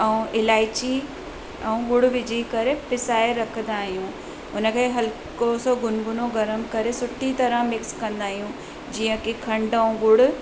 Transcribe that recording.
ऐं इलाइची ऐं गुड़ विझी करे पिसाए रखंदा आहियूं उनखे हलको सो गुनगुनो गरम करे सुठी तरह मिक्स कंदा आहियूं जीअं की खंडु ऐं गुड़